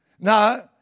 No